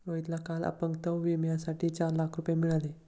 रोहितला काल अपंगत्व विम्यासाठी चार लाख रुपये मिळाले